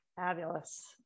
Fabulous